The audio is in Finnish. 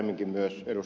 hemmingin myös ed